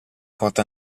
porta